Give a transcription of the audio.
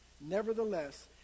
nevertheless